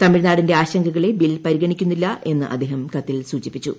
തമിഴ്നാടിന്റെ ആശങ്കകളെ ബിൽ പരിഗണിക്കുന്നില്ല എന്ന് അദ്ദേഹം കത്തിൽ സൂചിപ്പിച്ചു